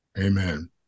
amen